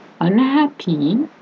unhappy